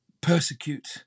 persecute